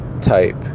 type